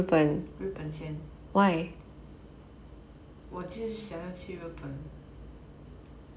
日本先我就是想要去日本